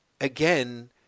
again